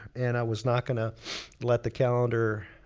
and i was not gonna let the calendar